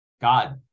God